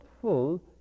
full